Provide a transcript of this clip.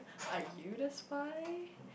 are you the spy